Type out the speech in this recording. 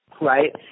Right